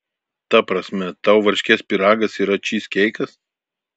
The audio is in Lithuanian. ta prasme tau varškės pyragas yra čyzkeikas